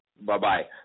Bye-bye